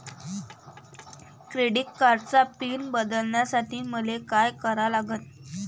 Credit कार्डाचा PIN बदलासाठी मले का करा लागन?